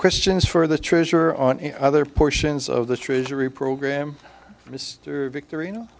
questions for the treasurer on any other portions of the treasury program mr victory no